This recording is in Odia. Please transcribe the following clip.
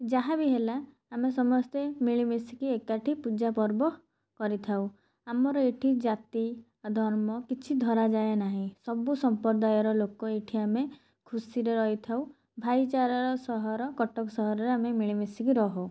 ଯାହା ବି ହେଲା ଆମେ ସମସ୍ତେ ମିଳିମିଶିକି ଏକାଠି ପୂଜା ପର୍ବ କରିଥାଉ ଆମର ଏଠି ଜାତି ଧର୍ମ କିଛି ଧରାଯାଏ ନାହିଁ ସବୁ ସମ୍ପ୍ରଦାୟର ଲୋକ ଏଠି ଆମେ ଖୁସିରେ ରହିଥାଉ ଭାଇଚାରାର ସହର କଟକ ସହରରେ ଆମେ ମିଳିମିଶିକି ରହୁ